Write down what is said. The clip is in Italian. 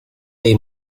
dei